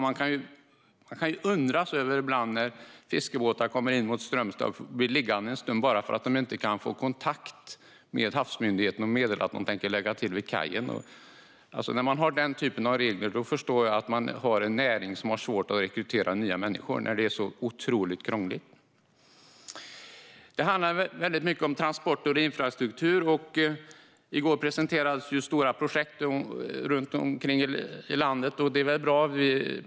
Man kan undra ibland när fiskebåtar kommer in mot Strömstad och blir liggande en stund bara för att de inte kan få kontakt med Havsmyndigheten och meddela att de tänker lägga till vid kajen. När en näring har den typen av regler, när det är så otroligt krångligt, förstår jag att man har svårt att rekrytera nya människor. Det handlar mycket om transporter och infrastruktur. I går presenterades stora projekt runt om i landet, och det är väl bra.